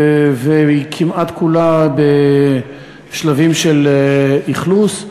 כמעט כולה בשלבים של אכלוס.